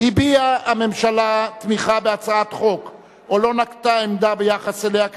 "הביעה הממשלה תמיכה בהצעת החוק או לא נקטה עמדה ביחס אליה,